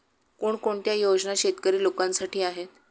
कोणकोणत्या योजना शेतकरी लोकांसाठी आहेत?